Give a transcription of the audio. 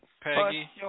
Peggy